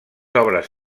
obres